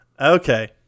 Okay